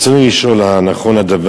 ברצוני לשאול: 1. האם נכון הדבר?